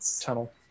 tunnel